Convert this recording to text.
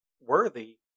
worthy